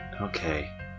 Okay